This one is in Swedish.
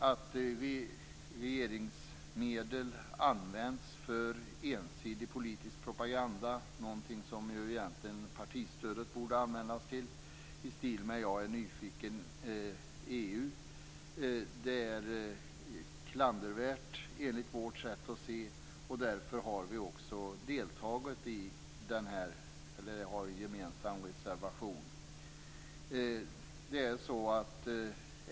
Att regeringsmedel används för ensidig politisk propaganda, i stil med Jag är nyfiken EU - någonting som egentligen partistödet borde användas till - är klandervärt enligt vårt sätt att se. Därför har vi också en gemensam reservation.